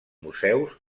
museus